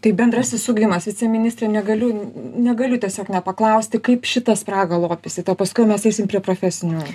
tai bendrasis ugdymas viceministre negaliu negaliu tiesiog nepaklausti kaip šitą spragą lopysit o paskui mes eisim prie profesinių